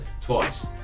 twice